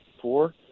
Four